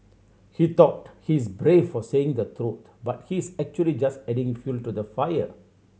he thought he's brave for saying the truth but he's actually just adding fuel to the fire